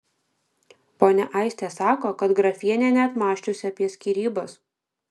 ponia aistė sako kad grafienė net mąsčiusi apie skyrybas